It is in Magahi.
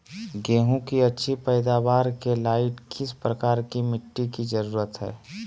गेंहू की अच्छी पैदाबार के लाइट किस प्रकार की मिटटी की जरुरत है?